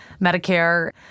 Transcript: Medicare